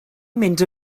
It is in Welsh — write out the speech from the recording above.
mynd